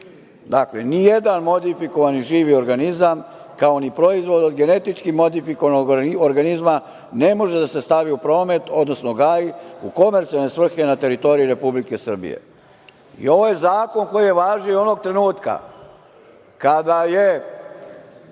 sobe - Nijedan modifikovani živi organizam, kao ni proizvod od genetički modifikovanog organizma ne može da se stavi u promet, odnosno gaji u komercijalne svrhe, na teritoriji Republike Srbije. Ovo je zakon koji je važio onog trenutka kada je